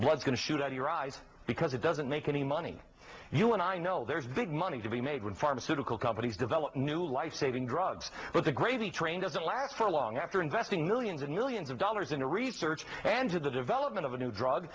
blood going to shoot out your eyes because it doesn't make any money you and i know there's big money to be made when pharmaceutical companies develop new lifesaving drugs but the gravy train doesn't last for long after investing millions and millions of dollars into research and to the development of a new drug